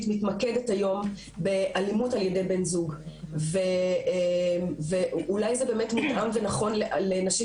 מתמקדת היום באלימות על ידי בן זוג ואולי זה מותאם ונכון לנשים